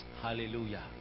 Hallelujah